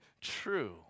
true